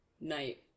night